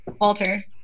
walter